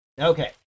Okay